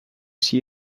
see